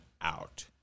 out